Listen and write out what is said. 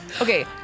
Okay